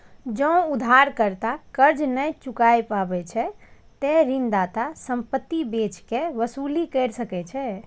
जौं उधारकर्ता कर्ज नै चुकाय पाबै छै, ते ऋणदाता संपत्ति बेच कें वसूली कैर सकै छै